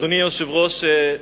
אדוני היושב-ראש,